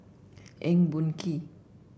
Eng Boh Kee